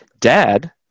Dad